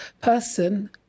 person